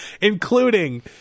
including